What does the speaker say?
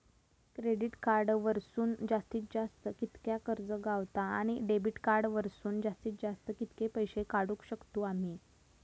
Credit card वरसून जास्तीत जास्त कितक्या कर्ज गावता, आणि डेबिट कार्ड वरसून जास्तीत जास्त कितके पैसे काढुक शकतू आम्ही?